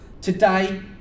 today